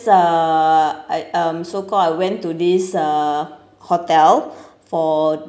uh I um so called I went to this uh hotel for